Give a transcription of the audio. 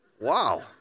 Wow